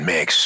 Mix